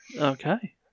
Okay